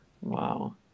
wow